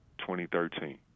2013